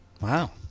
Wow